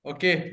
Okay